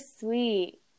sweet